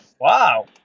wow